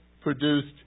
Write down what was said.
produced